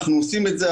אנחנו עושים את זה.